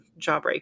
Jawbreaker